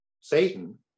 satan